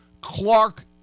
clark